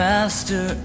Master